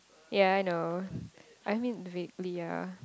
yea I know I mean weekly lah